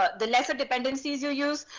the lesser dependencies you use.